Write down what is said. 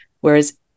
Whereas